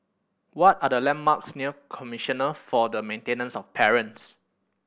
what are the landmarks near Commissioner for the Maintenance of Parents